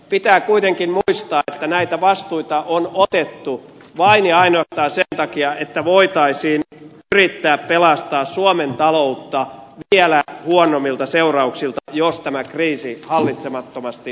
pitää kuitenkin muistaa että näitä vastuita on otettu vain ja ainoastaan sen takia että voitaisiin yrittää pelastaa suomen taloutta vielä huonommilta seurauksilta jos tämä kriisi hallitsemattomasti